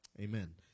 Amen